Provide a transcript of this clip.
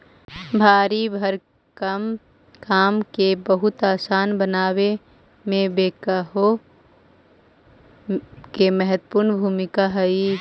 भारी भरकम काम के बहुत असान बनावे में बेक्हो के महत्त्वपूर्ण भूमिका हई